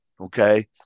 okay